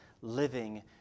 living